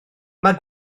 mae